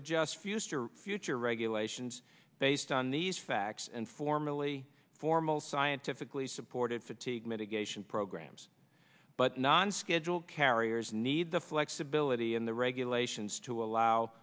adjust fewster future regulations based on these facts and formally formal scientifically supported fatigue mitigation programs but non schedule carriers need the flexibility in the regulations to allow